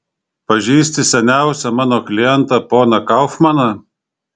pažįsti seniausią mano klientą poną kaufmaną